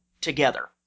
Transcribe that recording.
together